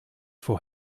for